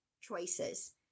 choices